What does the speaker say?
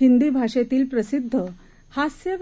हिंदीभाषेतीलप्रसिध्दहास्य